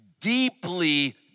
Deeply